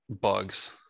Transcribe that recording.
Bugs